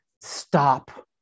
stop